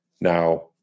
Now